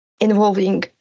involving